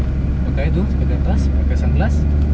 pakai itu sampai ke atas pakai sunglass